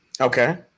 Okay